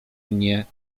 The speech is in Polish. mnie